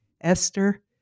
Esther